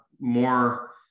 more